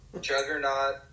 juggernaut